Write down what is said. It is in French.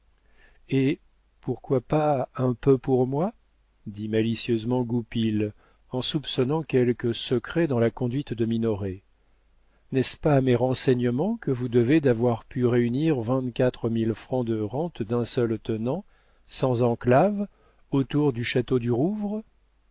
et pourquoi pas un peu pour moi dit malicieusement goupil en soupçonnant quelque secret dans la conduite de minoret n'est-ce pas à mes renseignements que vous devez d'avoir pu réunir vingt-quatre mille francs de rente d'un seul tenant sans enclaves autour du château du rouvre